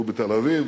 הוא בתל-אביב,